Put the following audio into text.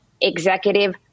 executive